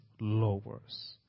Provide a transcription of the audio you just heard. lowers